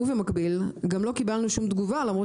ובמקביל גם לא קיבלנו שום תגובה למרות